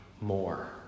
more